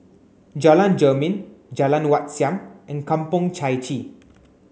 Jalan Jermin Jalan Wat Siam and Kampong Chai Chee